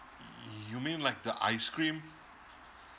you mean like the ice cream